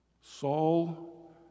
Saul